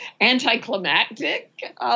anticlimactic